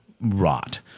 rot